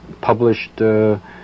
published